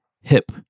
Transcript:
hip